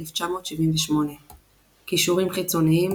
1978 קישורים חיצוניים